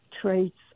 traits